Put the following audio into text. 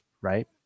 right